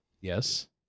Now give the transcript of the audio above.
Yes